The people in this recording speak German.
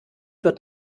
wird